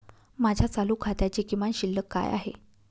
माझ्या चालू खात्याची किमान शिल्लक काय आहे?